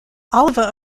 oliver